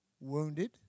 wounded